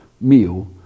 meal